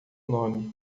nome